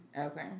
Okay